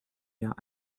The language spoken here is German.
jahr